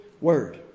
word